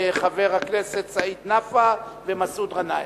לחברי הכנסת סעיד נפאע ומסעוד גנאים.